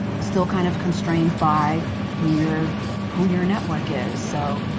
still kind of constrained by who your who your network is. so,